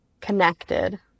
connected